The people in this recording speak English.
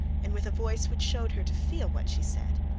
and with a voice which shewed her to feel what she said,